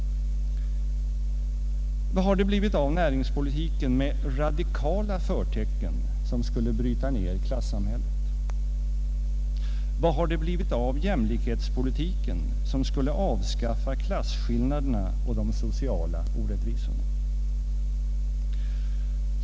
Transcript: Vad har det blivit av näringspolitiken med radikala förtecken som skulle bryta ner klassamhället? Vad har det blivit av jämlikhetspolitiken som skulle avskaffa klasskillnaderna och de sociala orättvisorna?